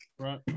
Right